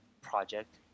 project